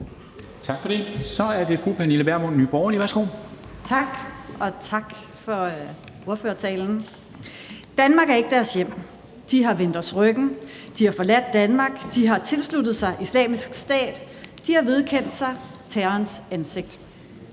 Værsgo. Kl. 10:11 Pernille Vermund (NB): Tak, og tak for ordførertalen. »Danmark er ikke deres hjem. De har vendt os ryggen; de har forladt Danmark; de har tilsluttet sig Islamisk Stat; de har vedkendt sig terrorens ansigt